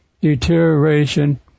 deterioration